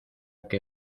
que